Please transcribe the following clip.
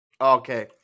okay